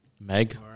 Meg